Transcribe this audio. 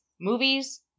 movies